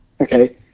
Okay